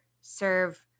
serve